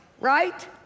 right